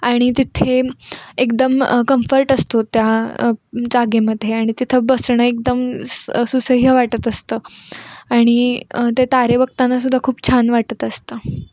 आणि तिथे एकदम कम्फर्ट असतो त्या जागेमध्ये आणि तिथं बसणं एकदम स् सुसह्य वाटत असतं आणि ते तारे बघताना सुद्धा खूप छान वाटत असतं